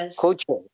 culture